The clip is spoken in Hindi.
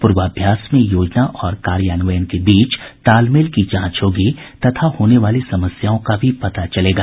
पूर्वाभ्यास में योजना और कार्यान्वयन के बीच तालमेल की जांच होगी तथा होने वाली समस्याओं का भी पता चलेगा